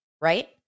right